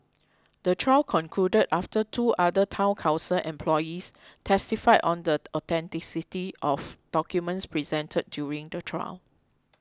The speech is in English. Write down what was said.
the trial concluded after two other Town Council employees testified on the authenticity of documents presented during the trial